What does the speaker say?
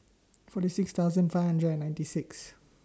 forty six thousand five hundred and ninety six